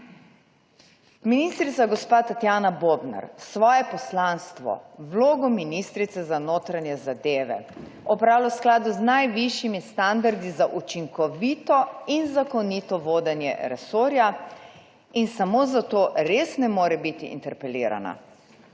Ministrica, gospa Tatjana Bobnar svoje poslanstvo, vlogo ministrice za notranje zadeve opravlja v skladu z najvišjimi standardi za učinkovito in zakonito vodenje resorja in samo za to res ne more biti interpelirana.